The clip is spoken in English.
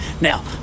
Now